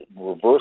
reverse